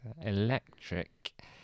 Electric